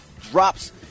drops